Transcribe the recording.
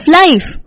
life